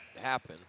happen